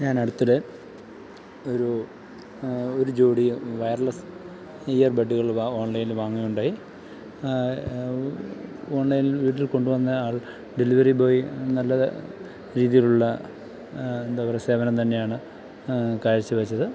ഞാനടുത്തിടെ ഒരു ഒരു ജോഡി വയർലെസ്സ് ഇയർ ബഡുകൾ ഓൺലൈനിൽ വാങ്ങുക ഉണ്ടായി ഓൺലൈനിൽ വീട്ടിൽ കൊണ്ട് വന്നെ ആൾ ഡെലിവറി ബോയ് നല്ലത് രീതിയിലുള്ള എന്താ പറയുക സേവനം തന്നെയാണ് കാഴ്ചവെച്ചത്